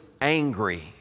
angry